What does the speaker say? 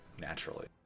naturally